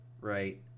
right